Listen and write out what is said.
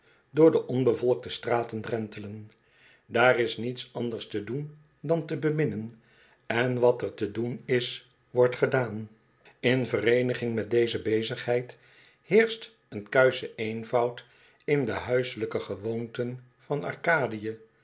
door de onbevolkte straten drentelen daar is niets anders te doen dat te beminnen en wat er te doen is wordt gedaan in vereeniging met deze bezigheid heersdit een kuische eenvoud in do huiselijke gewoonten van arcadie